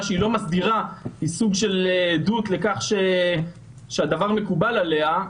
שהיא לא מסדירה היא סוג של עדות לכך שהדבר מקובל עליה.